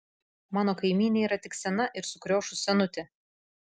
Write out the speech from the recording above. mano kaimynė yra tik sena ir sukriošus senutė